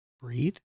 Breathe